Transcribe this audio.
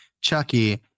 Chucky